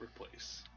replace